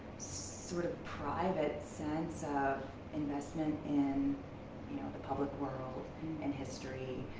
sort of private sense of investment in you know the public world and history.